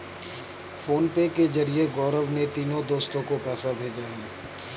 PhonePe के जरिए गौरव ने तीनों दोस्तो को पैसा भेजा है